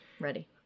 Ready